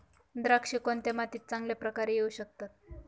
द्राक्षे कोणत्या मातीत चांगल्या प्रकारे येऊ शकतात?